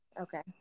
Okay